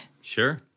Sure